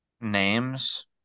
names